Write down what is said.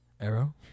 Arrow